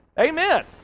Amen